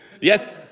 yes